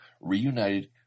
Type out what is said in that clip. reunited